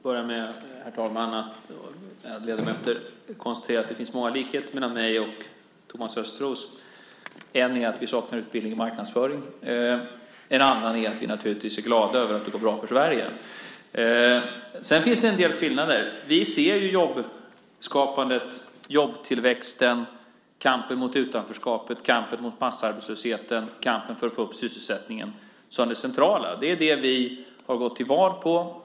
Herr talman! Jag börjar med att konstatera att det finns många likheter mellan mig och Thomas Östros. En är att vi saknar utbildning i marknadsföring. En annan är att vi naturligtvis är glada över att det går bra för Sverige. Det finns en del skillnader. Vi ser jobbskapandet, jobbtillväxten, kampen mot utanförskapet, kampen mot massarbetslösheten och kampen för att få upp sysselsättningen som det centrala. Det är det vi har gått till val på.